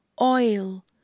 Oil